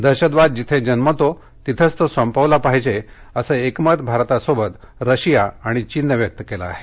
दहशतवाद जिथे जन्मतो तिथेच तो संपवला पाहिजे असं एकमत भारतासोबत रशिया आणि चीननं व्यक्त केलं आहे